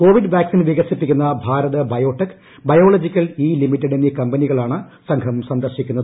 Covid vaccine വികസിപ്പിക്കുന്ന Bharat Biotech Biological E Limited എന്നീ കമ്പനികളാണ് സംഘം സ്ലന്ദർശിക്കുന്നത്